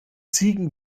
ziegen